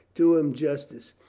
do him justice.